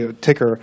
ticker